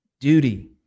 duty